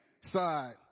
side